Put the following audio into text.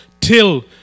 till